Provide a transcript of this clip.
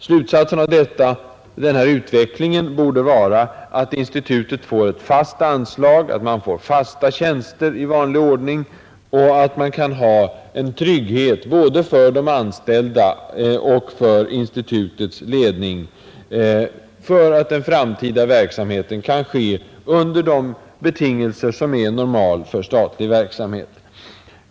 Slutsatsen av denna utveckling borde vara att institutet får ett fast anslag och fasta tjänster i vanlig ordning så att en trygghet skapas både för de anställda och för institutets ledning så att den framtida verksamheten kan ske under de betingelser som är normala för statlig verksamhet.